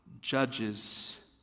judges